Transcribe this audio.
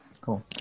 Cool